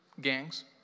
gangs